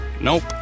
Nope